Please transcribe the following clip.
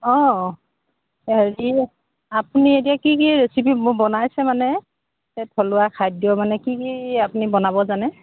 অঁ হেৰি আপুনি এতিয়া কি কি ৰেচিপি বনাইছে মানে থলুৱা খাদ্য মানে কি কি আপুনি বনাব জানে